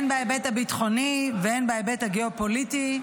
-- הן בהיבט הביטחוני והן בהיבט הגיאופוליטי,